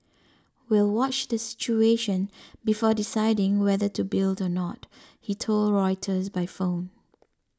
we'll watch the situation before deciding whether to build or not he told Reuters by phone